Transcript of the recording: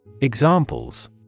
Examples